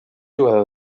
jugador